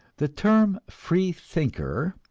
the term free thinker,